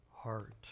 heart